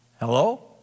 Hello